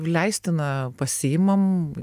leistiną pasiimam